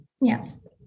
Yes